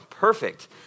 Perfect